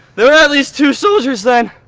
there were at least two soldiers then.